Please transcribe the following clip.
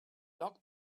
locked